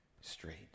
straight